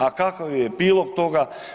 A kakav je epilog toga?